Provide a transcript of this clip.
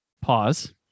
pause